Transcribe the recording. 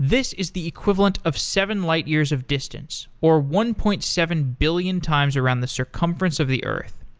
this is the equivalent of seven light years of distance, or one point seven billion times around the circumference of the earth.